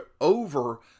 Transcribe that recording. over